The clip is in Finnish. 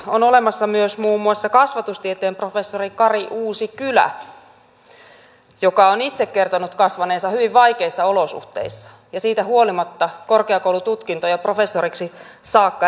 on olemassa myös muun muassa kasvatustieteen professori kari uusikylä joka on itse kertonut kasvaneensa hyvin vaikeissa olosuhteissa ja siitä huolimatta on korkeakoulututkinto ja professoriksi saakka edennyt